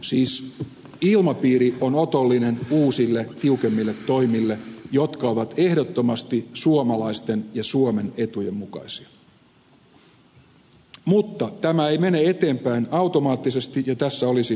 siis ilmapiiri on otollinen uusille tiukemmille toimille jotka ovat ehdottomasti suomalaisten ja suomen etujen mukaisia mutta tämä ei mene eteenpäin automaattisesti ja tässä olisi aloitteellisuuden paikka